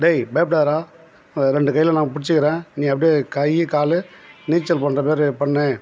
டேய் பயப்படாதடா ரெண்டு கையில் நான் பிடிச்சிக்குறேன் நீ அப்படியே கை கால் நீச்சல் பண்ணுற மாதிரி பண்ணு